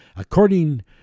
According